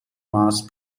mass